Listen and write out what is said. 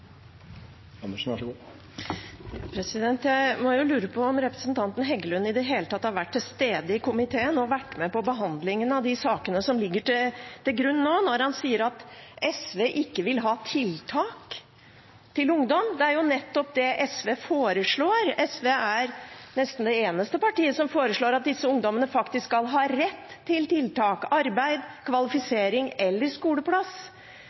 Heggelund i det hele tatt har vært til stede i komiteen og vært med på behandlingen av de sakene som ligger til grunn, når han sier at SV ikke vil ha tiltak for ungdom. Det er jo nettopp det SV foreslår! SV er nesten det eneste partiet som foreslår at disse ungdommene skal ha rett til tiltak, arbeid, kvalifisering eller skoleplass.